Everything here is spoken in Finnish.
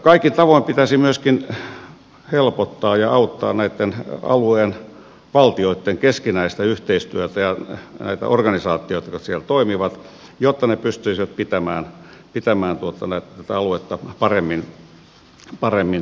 kaikin tavoin pitäisi myöskin helpottaa ja auttaa näitten alueen valtioitten keskinäistä yhteistyötä ja näitä organisaatioita jotka siellä toimivat jotta ne pystyisivät pitämään tätä aluetta paremmin hallinnassaan